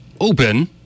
open